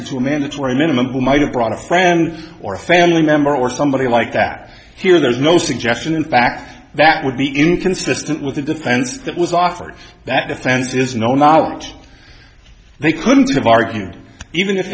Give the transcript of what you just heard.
to a mandatory minimum might have brought a friend or family member or somebody like that here there's no suggestion in fact that would be inconsistent with a defense that was offered that defense is no amount they couldn't have argued even if